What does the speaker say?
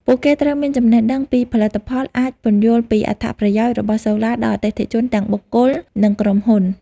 ពួកគេត្រូវមានចំណេះដឹងពីផលិតផលអាចពន្យល់ពីអត្ថប្រយោជន៍របស់សូឡាដល់អតិថិជន ទាំងបុគ្គល និងក្រុមហ៊ុន។